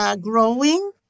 growing